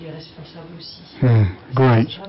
Great